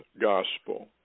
gospel